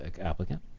applicant